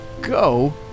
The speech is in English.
go